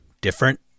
different